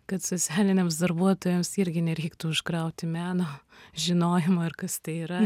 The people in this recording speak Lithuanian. kad socialiniams darbuotojams irgi nereiktų užkrauti meno žinojimo ir kas tai yra